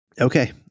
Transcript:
Okay